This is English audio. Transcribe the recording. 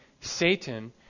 Satan